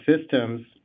systems